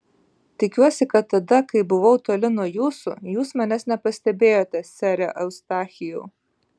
tikiuosi kad tada kai buvau toli nuo jūsų jūs manęs nepastebėjote sere eustachijau